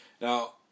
Now